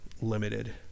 limited